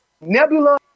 Nebula